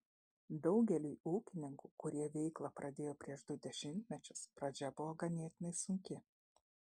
daugeliui ūkininkų kurie veiklą pradėjo prieš du dešimtmečius pradžia buvo ganėtinai sunki